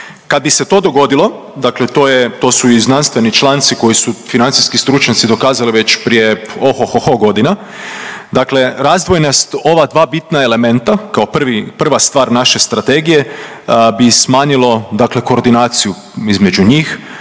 Kad bi se to dogodilo dakle to je to su i znanstveni članci koji su financijski stručnjaci dokazali već prije ohohoho godina. Dakle, razdvojenost ova dva bitna elementa kao prvi, prva stvar naše strategije bi smanjilo dakle koordinaciju između njih,